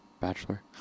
Bachelor